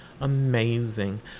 amazing